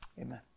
amen